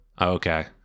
Okay